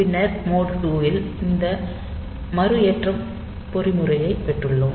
பின்னர் மோட் 2 இல் இந்த மறுஏற்றம் பொறிமுறையைப் பெற்றுள்ளோம்